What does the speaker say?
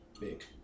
big